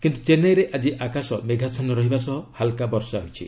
କିନ୍ତୁ ଚେନ୍ନାଇରେ ଆକି ଆକାଶ ମେଘାଚ୍ଛନ୍ନ ରହିବା ସହ ହାଲକା ବର୍ଷା ହୋଇଛି